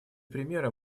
примера